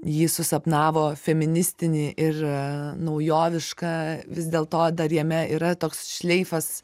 jį susapnavo feministinį ir naujovišką vis dėlto dar jame yra toks šleifas